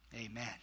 Amen